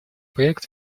проект